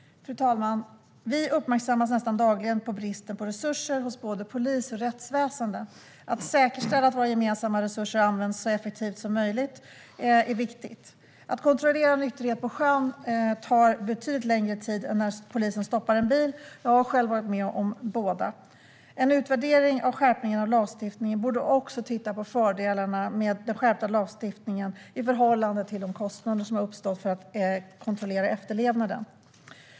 Fru talman! Vi uppmärksammas nästan dagligen på bristen på resurser hos både polis och rättsväsen. Att säkerställa att våra gemensamma resurser används så effektivt som möjligt är viktigt. Att kontrollera nykterhet på sjön tar betydligt längre tid än när polisen stoppar en bil. Jag har själv varit med om båda. Vid en utvärdering av skärpningen av lagstiftningen borde man också titta på fördelarna med en skärpt lagstiftning i förhållande till de kostnader som uppstår för att kontrollera efterlevnaden.